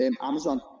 Amazon